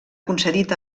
concedit